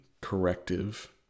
corrective